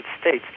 States